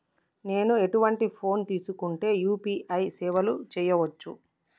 నేను ఎటువంటి ఫోన్ తీసుకుంటే యూ.పీ.ఐ సేవలు చేయవచ్చు?